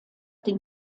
den